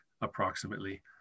approximately